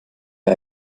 ihr